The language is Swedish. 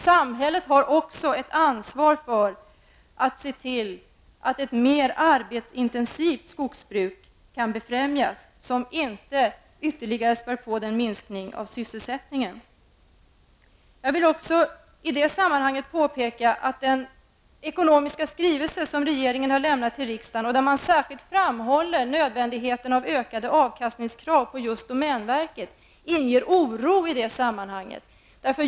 Samhället har också ett ansvar för att se till att ett mer arbetsintensivt skogsbruk kan befrämjas som inte ytterligare spär på minskningen av sysselsättningen. Jag vill även påpeka att den ekonomiska skrivelse som regeringen har lämnat till riksdagen och där man särskilt framhåller nödvändigheten av ökade avkastningskrav på just domänverket inger oro i detta sammanhang.